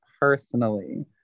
personally